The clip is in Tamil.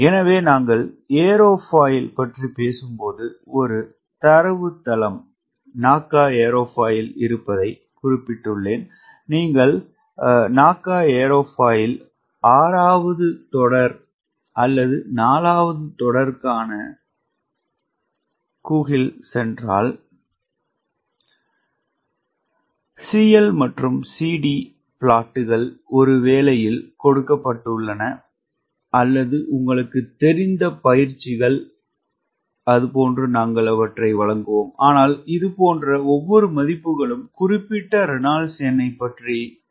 எனவே நாங்கள் ஏரோஃபாயில் பற்றி பேசும்போது ஒரு தரவுத்தள NACA ஏரோஃபாயில் இருப்பதைக் குறிப்பிட்டுள்ளேன் நீங்கள் NACA ஏரோஃபாயில் 6 தொடர் அல்லது 4 தொடர்களுக்கான கூகிள் என்றால் CL மற்றும் CD ப்ளாட்டுகள் ஒரு வேலையில் கொடுக்கப்பட்டுள்ளன அல்லது உங்களுக்குத் தெரிந்த பயிற்சிகள் நாங்கள் அவற்றை வழங்குவோம் ஆனால் இதுபோன்ற ஒவ்வொரு மதிப்புகளும் குறிப்பிட்ட ரெனால்ட்ஸ் எண்ணைப் பற்றி குறிப்பிடப்பட்டுள்ளன